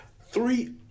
Three